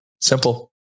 Simple